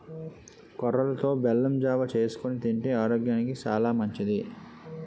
కొర్రలతో బెల్లం జావ చేసుకొని తింతే ఆరోగ్యానికి సాలా మంచిది